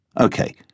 Okay